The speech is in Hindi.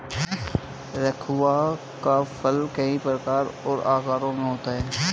स्क्वाश का फल कई प्रकारों और आकारों में होता है